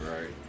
Right